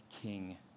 King